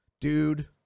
dude